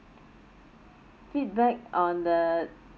feedback on the